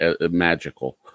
magical